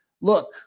look